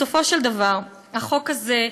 בסופו של דבר החוק הזה,